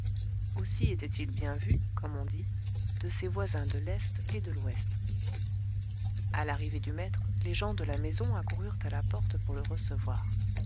aussi était-il bien vu comme on dit de ses voisins de l'est et de l'ouest a l'arrivée du maître les gens de la maison accoururent à la porte pour le recevoir